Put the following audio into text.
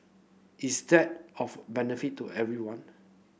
is that of benefit to everyone